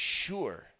sure